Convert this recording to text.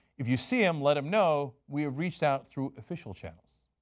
if you see him let him know we have reached out through official channels.